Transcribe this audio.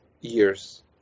years